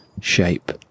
shape